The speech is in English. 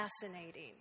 fascinating